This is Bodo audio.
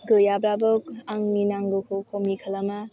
गैयाबाबो आंनि नांगौखौ खमि खालामा